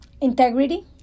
Integrity